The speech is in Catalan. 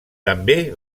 també